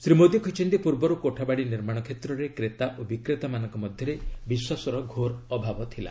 ଶ୍ରୀ ମୋଦୀ କହିଛନ୍ତି ପୂର୍ବରୁ କୋଠାବାଡ଼ି ନିର୍ମାଣ କ୍ଷେତ୍ରରେ କ୍ରେତା ଓ ବିକ୍ରେତାମାନଙ୍କ ମଧ୍ୟରେ ବିଶ୍ୱାସର ଘୋର ଅଭାବ ଥିଲା